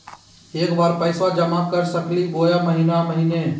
एके बार पैस्बा जमा कर सकली बोया महीने महीने?